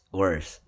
worse